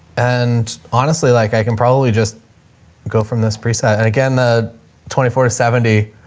and honestly like i can probably just go from this preset and again, the twenty four to seventy,